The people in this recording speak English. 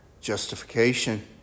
justification